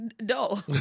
No